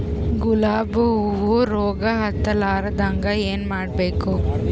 ಗುಲಾಬ್ ಹೂವು ರೋಗ ಹತ್ತಲಾರದಂಗ ಏನು ಮಾಡಬೇಕು?